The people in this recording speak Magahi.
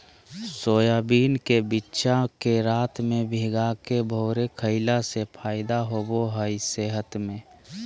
सोयाबीन के बिच्चा के रात में भिगाके भोरे खईला से फायदा होबा हइ सेहत में